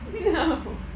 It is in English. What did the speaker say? No